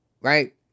Right